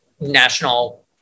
national